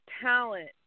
talent